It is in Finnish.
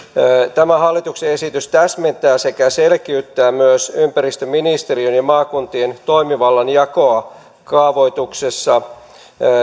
tämä hallituksen esitys täsmentää sekä selkiyttää myös ympäristöministeriön ja maakuntien toimivallan jakoa kaavoituksessa